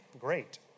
great